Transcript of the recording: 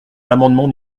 l’amendement